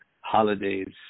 holidays